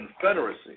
confederacy